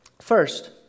First